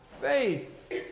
faith